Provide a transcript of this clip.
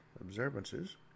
observances